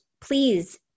please